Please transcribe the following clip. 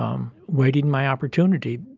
um, waiting my opportunity